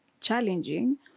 challenging